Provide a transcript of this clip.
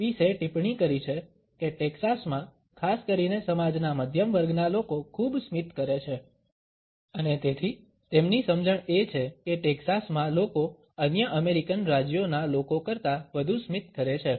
પીસે ટિપ્પણી કરી છે કે ટેક્સાસ માં ખાસ કરીને સમાજના મધ્યમ વર્ગના લોકો ખૂબ સ્મિત કરે છે અને તેથી તેમની સમજણ એ છે કે ટેક્સાસમાં લોકો અન્ય અમેરિકન રાજ્યોના લોકો કરતાં વધુ સ્મિત કરે છે